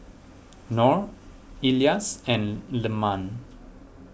Nor Elyas and Leman